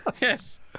yes